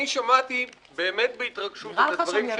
ההתרגשות שלך.